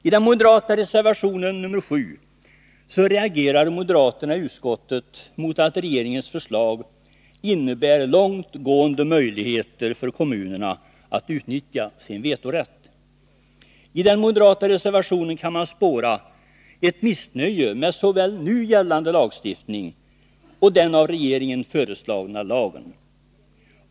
I reservation nr 7 reagerar moderaterna i utskottet mot att regeringens förslag innebär långt gående möjligheter för kommunerna att utnyttja sin vetorätt. I den moderata reservationen kan man spåra ett missnöje med såväl nu gällande lagstiftning som den av regeringen föreslagna lagen.